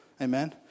Amen